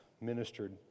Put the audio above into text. ministered